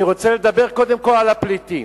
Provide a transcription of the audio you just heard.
אני רוצה לדבר קודם כול על הפליטים,